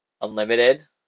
unlimited